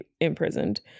imprisoned